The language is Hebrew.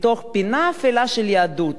מתוך פינה אפלה של היהדות,